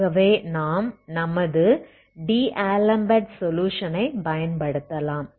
ஆகவே நாம் நமது டி ஆலம்பெர்ட் சொலுயுஷனை பயன்படுத்தலாம்